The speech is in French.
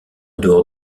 dehors